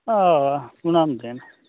अह बनांदे न